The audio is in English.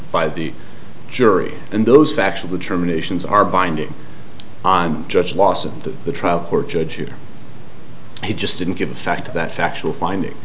by the jury and those factual terminations are binding on judge loss of the trial court judge you he just didn't give the fact that factual finding